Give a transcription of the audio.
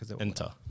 enter